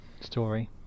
story